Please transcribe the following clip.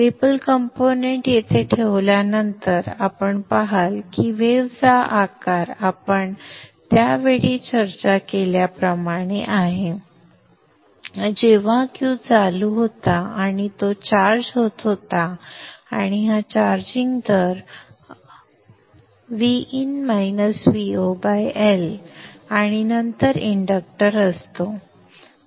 ripple component येथे ठेवल्यानंतर आपण पहाल की वेव्हचा आकार आपण त्या वेळी चर्चा केल्याप्रमाणे आहे जेव्हा Q चालू होता आणि तो चार्ज होत होता आणि हा चार्जिंग अप दर Vin - Vo L आणि नंतर इंडक्टर असतो